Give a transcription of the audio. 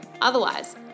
Otherwise